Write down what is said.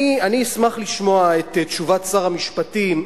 אני אשמח לשמוע את תשובת שר המשפטים,